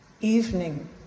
Evening